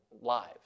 live